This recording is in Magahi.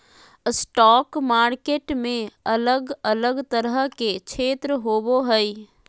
स्टॉक मार्केट में अलग अलग तरह के क्षेत्र होबो हइ